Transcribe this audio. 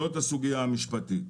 זו הסוגיה המשפטית.